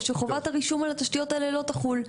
או שחובת הרישום על התשתיות האלה לא תחול.